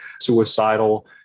suicidal